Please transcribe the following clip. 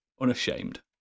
Unashamed